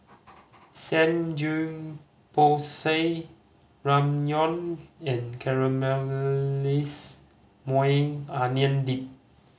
Samgeyopsal Ramyeon and Caramelized Maui Onion Dip